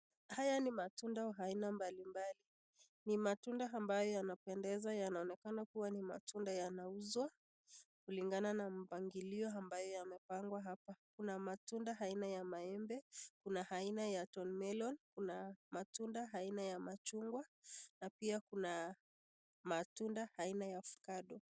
Haya ni matunda aina mbali mbali ni matunda ambayo yanapendeza yanaonekana kuwa ni matunda yanauzwa kulingana na mpangilio ambayo yamepangwa hapa kuna matunda aina ya maembe kuna aina ya thorn melon kuna matunda aina ya machungwa na pia kuna matunda aina ya ovacado.